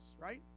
right